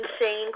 insane